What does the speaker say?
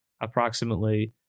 approximately